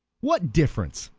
what difference?